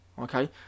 Okay